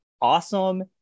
awesome